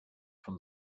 from